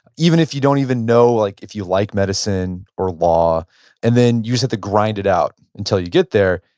even if you don't even know like if you like medicine or law and then use it to grind it out until you get there.